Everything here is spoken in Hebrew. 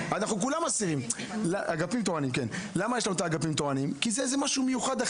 כי זה משהו מיוחד,